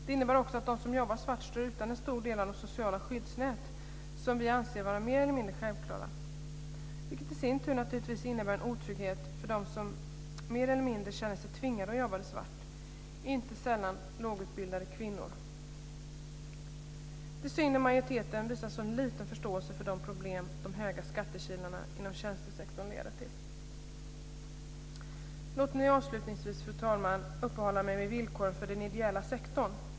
Det innebär också att de som jobbar svart står utan en stor del av de sociala skyddsnät som vi anser är mer eller mindre självklara, vilket i sin tur naturligtvis innebär en otrygghet för dem som mer eller mindre känner sig tvingade att jobba svart, inte sällan lågutbildade kvinnor. Det är synd att majoriteten visar en så liten förståelse för de problem som de höga skattekilarna inom tjänstesektorn leder till. Låt mig avslutningsvis, fru talman, uppehålla mig vid villkoren för den ideella sektorn.